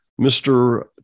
Mr